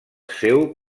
seu